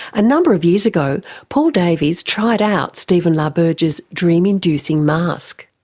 a number of years ago paul davies tried out stephen la berge's dream inducing mask.